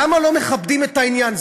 למה לא מכבדים את העניין?